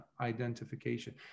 identification